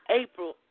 April